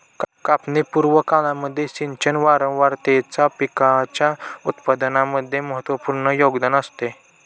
कापणी पूर्व काळामध्ये सिंचन वारंवारतेचा पिकाच्या उत्पादनामध्ये महत्त्वपूर्ण योगदान असते